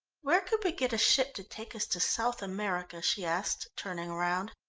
where could we get a ship to take us to south america? she asked, turning round.